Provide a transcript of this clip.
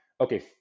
okay